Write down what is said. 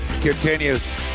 continues